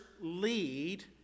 lead